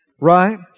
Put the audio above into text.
Right